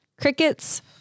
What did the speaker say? crickets